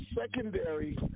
secondary